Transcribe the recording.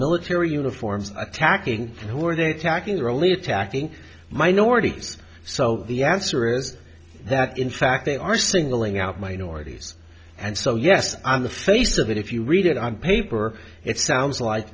military uniforms attacking who are they attacking or only attacking minorities so the answer is that in fact they are singling out minorities and so yes on the face of it if you read it on paper it sounds like